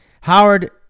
Howard